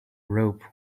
rope